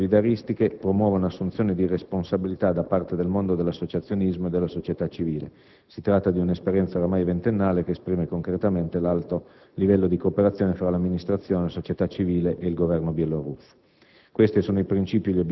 alle iniziative solidaristiche, promuovano un'assunzione di responsabilità da parte del mondo dell'associazionismo della società civile. Si tratta di un'esperienza ormai ventennale che esprime concretamente l'alto livello di cooperazione tra l'amministrazione, la società civile e il Governo bielorusso.